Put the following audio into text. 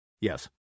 Yes